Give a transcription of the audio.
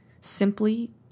simply